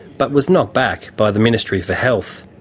but was knocked back by the ministry for health.